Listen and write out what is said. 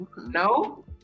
No